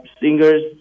singers